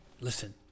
Listen